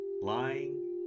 lying